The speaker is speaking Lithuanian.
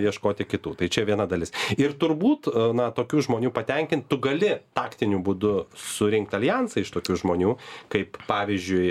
ieškoti kitų tai čia viena dalis ir turbūt na tokių žmonių patenkint tu gali taktiniu būdu surinkt aljansą iš tokių žmonių kaip pavyzdžiui